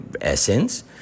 essence